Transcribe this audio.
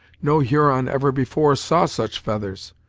no huron ever before saw such feathers!